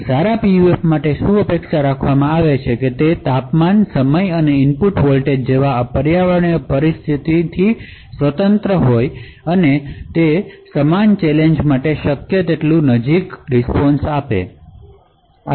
સારા PUF માટે શું અપેક્ષા રાખવામાં આવે છે તે છે કે તાપમાન સમય અને ઇનપુટ વોલ્ટેજ જેવી આ પર્યાવરણીય પરિસ્થિતિઓ થી સ્વતંત્ર રિસ્પોન્સ સમાન ચેલેંજ માટે શક્ય તેટલો નજીક હોવું જોઈએ